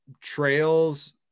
trails